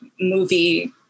movie